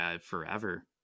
forever